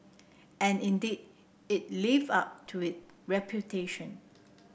and indeed it live up to it reputation